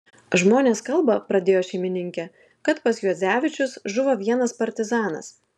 žmonės kalba pradėjo šeimininkė kad pas juodzevičius žuvo vienas partizanas